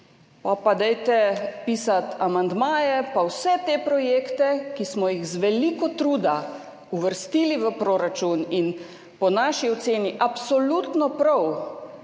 pa dajte pisati amandmaje pa vse te projekte, ki smo jih z veliko truda uvrstili v proračun, in po naši oceni absolutno prav,